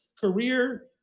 career